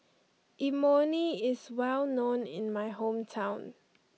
Imoni is well known in my hometown